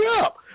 up